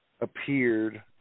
appeared